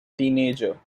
teenager